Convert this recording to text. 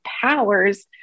powers